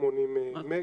480 מגה.